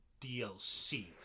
DLC